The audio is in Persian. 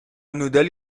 نودل